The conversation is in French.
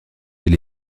elle